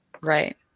Right